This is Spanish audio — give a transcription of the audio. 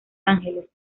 angeles